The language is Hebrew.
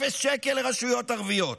אפס שקל לרשויות ערביות,